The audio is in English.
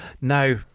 Now